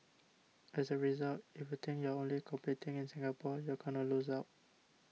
as a result if you think you're only competing in Singapore you're going to lose out